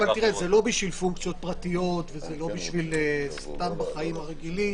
אבל זה לא בשביל פונקציות פרטיות ולא בשביל סתם בחיים הרגילים.